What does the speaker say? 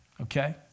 okay